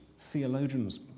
theologians